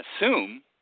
assume